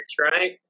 right